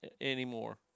anymore